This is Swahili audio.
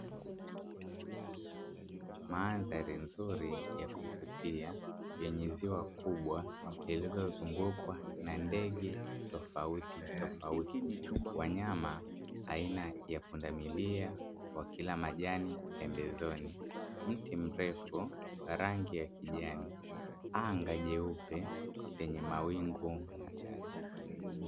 Mandhari nzuri ya kuvutia yenye ziwa kubwa lililozungukwa na ndege tofauti tofauti, wanyama aina ya pundamilia wakila majani pambezoni, mti mrefu wa rangi ya kijani, anga jeupe lenye mawingu machache.